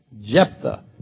Jephthah